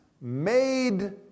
made